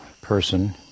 person